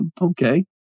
okay